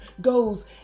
goes